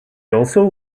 also